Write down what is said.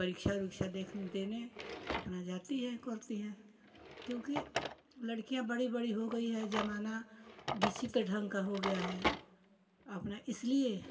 परीक्षा वरीक्षा देने अपना जाती हैं करती हैं क्योंकि लड़कियाँ बड़ी बड़ी हो गई है जमाना विचित्र ढंग का हो गया है अपना इसलिए